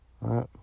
right